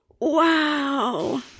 Wow